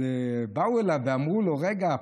אז באו אליו ואמרו לו: רגע,